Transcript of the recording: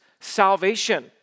salvation